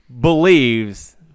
believes